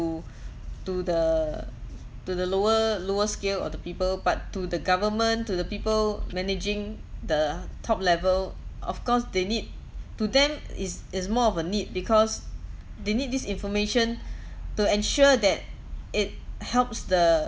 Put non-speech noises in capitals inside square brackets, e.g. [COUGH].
to the to the lower lower scale of the people but to the government to the people managing the top level of course they need to them it's it's more of a need because they need this information [BREATH] to ensure that it helps the